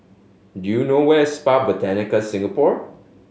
do you know where Spa Botanica Singapore